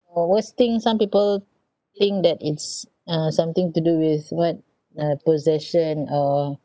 or worst thing some people think that it's uh something to do with what uh possession or